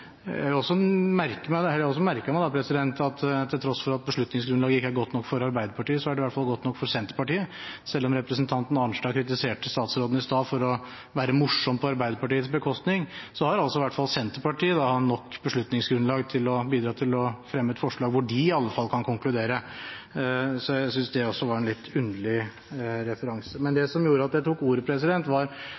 Jeg har også merket meg at til tross for at beslutningsgrunnlaget ikke er godt nok for Arbeiderpartiet, så er det iallfall godt nok for Senterpartiet. Selv om representanten Arnstad kritiserte statsråden i stad for å være morsom på Arbeiderpartiets bekostning, har altså i hvert fall Senterpartiet nok beslutningsgrunnlag til å bidra til å fremme et forslag hvor de iallfall kan konkludere, så jeg synes det også var en litt underlig referanse. Men det som gjorde at jeg tok ordet, var den kritikken som statsbudsjettfinansiering har fått. Jeg tror Grande sa noe sånt som at det var